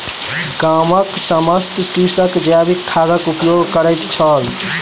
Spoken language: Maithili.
गामक समस्त कृषक जैविक खादक उपयोग करैत छल